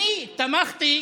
אני, טיבי,